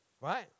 right